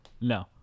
no